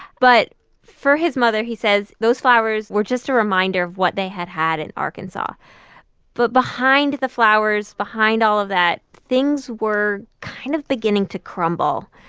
but for his mother, he says, those flowers were just a reminder of what they had had in arkansas but behind the flowers, behind all of that, things were kind of beginning to crumble.